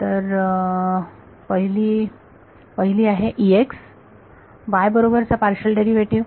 तर पहिली पहिली आहे y बरोबरचा पार्शियल डेरिव्हेटिव्ह